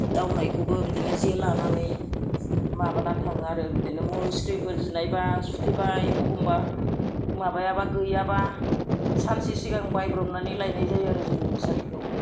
दावनायखौबो बिदिनो जे लानानै माबानानै थाङो आरो बिदिनो मुस्रिफोर जिनाय बा सुथेबाय अखम्बा माबायाबा गैयाबा सानसे सिगां बायब्रबनानै लायनाय जायो आरो जोंनि मुसारिखौ